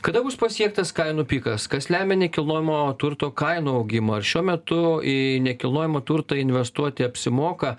kada bus pasiektas kainų pikas kas lemia nekilnojamo turto kainų augimą ar šiuo metu į nekilnojamą turtą investuoti apsimoka